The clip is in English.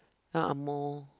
angmoh